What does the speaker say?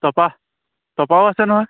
তপা তপাও আছে নহয়